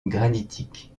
granitiques